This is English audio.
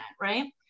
right